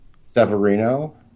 Severino